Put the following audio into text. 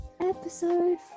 episode